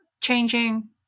changing